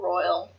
Royal